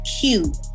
cute